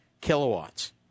kilowatts